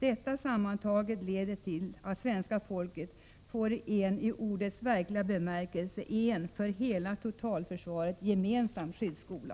Detta sammantaget leder till att svenska folket får en i ordets verkliga bemärkelse för hela totalförsvaret gemensam skyddsskola.